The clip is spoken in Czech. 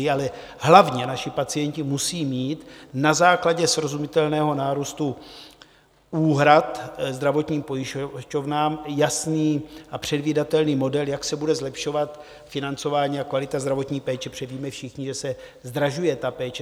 Ale hlavně naši pacienti musí mít na základě srozumitelného nárůstu úhrad zdravotním pojišťovnám jasný a předvídatelný model, jak se bude zlepšovat financování a kvalita zdravotní péče, protože víme všichni, že se zdražuje ta péče.